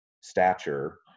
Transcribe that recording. stature